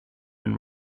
and